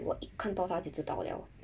我一看到他就知道 liao